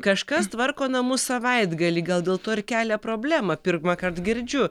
kažkas tvarko namus savaitgalį gal dėl to ir kelia problemą pirmąkart girdžiu